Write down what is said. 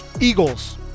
Eagles